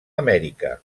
amèrica